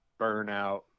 burnout